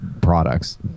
products